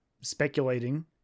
speculating